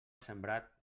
sembrat